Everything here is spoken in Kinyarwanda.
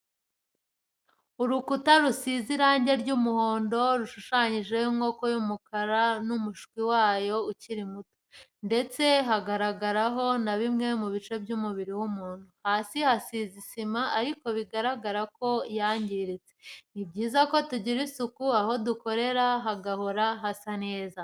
Urukuta rusize irangi ry'umuhondo rushushanyijeho inkoko y'umukara n'umushwi wayo ukiri muto, ndetse hagaragaraho na bimwe mu bice by'umubiri w'umuntu, hasi hasize isima ariko bigaragara ko yangiritse, ni byiza ko tugirira isuku aho dukorera hagahora hasa neza.